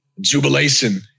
jubilation